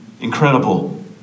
incredible